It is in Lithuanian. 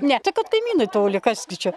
ne tai kad kaimynai toli kas gi čia